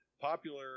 Popular